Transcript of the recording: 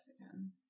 again